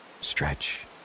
stretch